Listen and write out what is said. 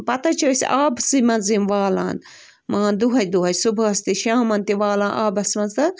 پَتہٕ حظ چھِ أسۍ آبسٕے منٛز یِم والان مان دوٚہَے دوٚہَے صُبحَس شامَن تہِ والان اَبَس منٛز تہٕ